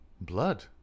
-"Blood